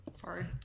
Sorry